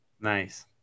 Nice